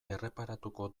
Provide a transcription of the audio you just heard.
erreparatuko